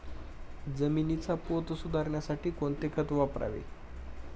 जमिनीचा पोत सुधारण्यासाठी कोणते खत वापरावे?